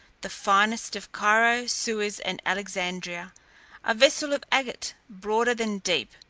the finest of cairo, suez, and alexandria a vessel of agate broader than deep,